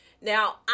Now